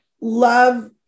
love